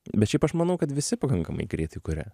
bet šiaip aš manau kad visi pakankamai greitai kuria